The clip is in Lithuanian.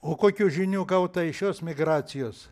o kokių žinių gauta iš šios migracijos